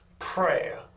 prayer